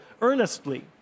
earnestly